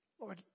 Lord